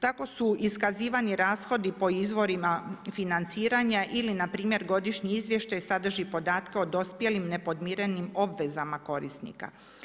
Tako su iskazivani rashodi po izvorima financiranja ili npr. godišnji izvještaj sadrži podatke o dospjelim nepodmirenim obvezama korisnika.